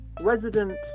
resident